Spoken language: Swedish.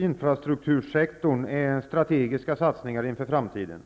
infrastruktursektorn är strategiska satsningar inför framtiden.